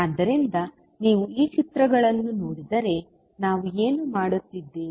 ಆದ್ದರಿಂದ ನೀವು ಈ ಚಿತ್ರಗಳನ್ನೂ ನೋಡಿದರೆ ನಾವು ಏನು ಮಾಡುತ್ತಿದ್ದೇವೆ